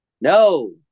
No